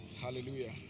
Hallelujah